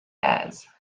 does